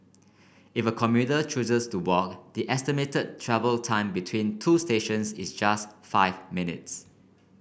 if a commuter chooses to walk the estimated travel time between the two stations is just five minutes